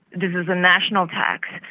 this is a national tax,